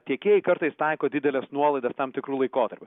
tiekėjai kartais taiko dideles nuolaidas tam tikru laikotarpiu